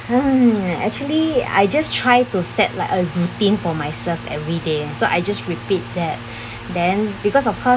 mm actually I just try to set like a routine for myself every day so I just repeat that then because of her